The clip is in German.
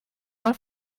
mal